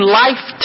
life